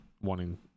wanting